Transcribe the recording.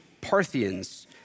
Parthians